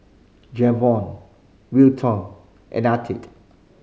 Jayvon Wilton and Artie